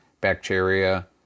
bacteria